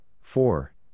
four